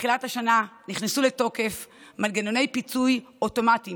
בתחילת השנה נכנסו לתוקף מנגנוני פיצוי אוטומטיים